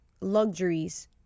luxuries